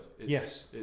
yes